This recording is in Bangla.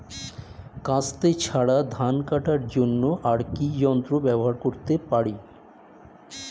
কাস্তে ছাড়া ধান কাটার জন্য আর কি যন্ত্র ব্যবহার করতে পারি?